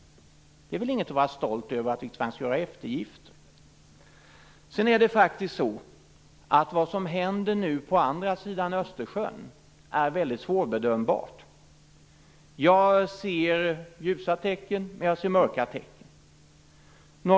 Att vi tvangs göra eftergifter är väl inget att vara stolt över. Vidare är det som nu händer på andra sidan Östersjön väldigt svårbedömbart. Jag ser ljusa tecken men också mörka sådana.